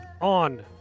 on